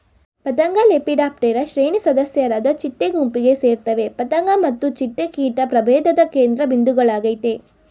ಪತಂಗಲೆಪಿಡಾಪ್ಟೆರಾ ಶ್ರೇಣಿ ಸದಸ್ಯರಾದ ಚಿಟ್ಟೆ ಗುಂಪಿಗೆ ಸೇರ್ತವೆ ಪತಂಗ ಮತ್ತು ಚಿಟ್ಟೆ ಕೀಟ ಪ್ರಭೇಧದ ಕೇಂದ್ರಬಿಂದುಗಳಾಗಯ್ತೆ